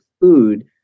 food